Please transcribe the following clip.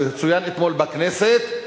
שצוין אתמול בכנסת,